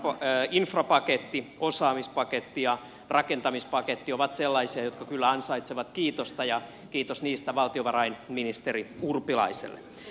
kasvurahasto infrapaketti osaamispaketti ja rakentamispaketti ovat sellaisia jotka kyllä ansaitsevat kiitosta ja kiitos niistä valtiovarainministeri urpilaiselle